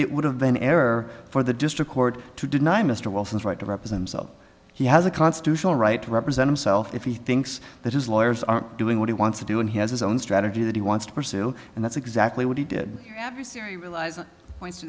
it would have been error for the district court to deny mr wilson's right to represent himself he has a constitutional right to represent himself if he thinks that his lawyers are doing what he wants to do and he has his own strategy that he wants to pursue and that's exactly what he did